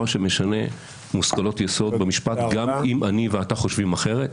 שמשנה מושכלות יסוד במשפט גם אם אני ואתה חושבים אחרת.